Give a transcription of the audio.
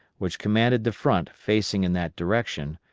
which commanded the front facing in that direction,